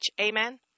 Amen